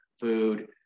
food